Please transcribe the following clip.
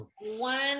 one